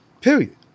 period